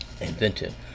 invented